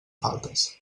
faltes